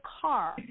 car